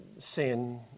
sin